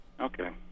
Okay